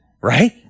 Right